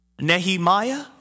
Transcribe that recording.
Nehemiah